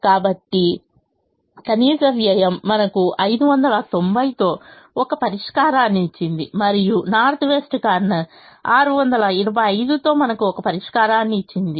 కాబట్టి కనీస వ్యయం మనకు 590 తో ఒక పరిష్కారాన్ని ఇచ్చింది మరియు నార్త్ వెస్ట్ కార్నర్ 625 తో మనకు ఒక పరిష్కారాన్ని ఇచ్చింది